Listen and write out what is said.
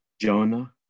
Jonah